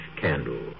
candle